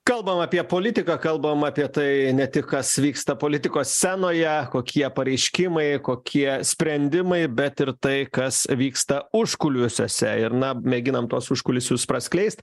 kalbam apie politiką kalbam apie tai ne tik kas vyksta politikos scenoje kokie pareiškimai kokie sprendimai bet ir tai kas vyksta užkulisiuose ir na mėginam tuos užkulisius praskleist